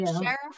Sheriff